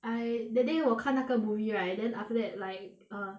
I that day 我看那个 movie right then after that like uh